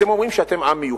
אתם אומרים שאתם עם מיוחד?